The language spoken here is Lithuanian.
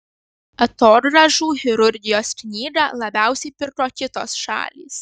atogrąžų chirurgijos knygą labiausiai pirko kitos šalys